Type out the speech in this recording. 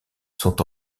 sont